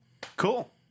cool